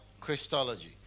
Christology